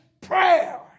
prayer